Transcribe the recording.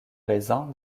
raisin